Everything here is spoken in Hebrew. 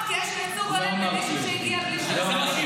כי יש ייצוג הולם למישהו שהגיע בלי שירות צבאי.